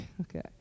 okay